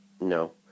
no